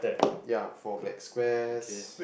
yeah four black squares